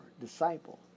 disciple